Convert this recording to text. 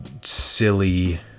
silly